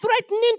threatening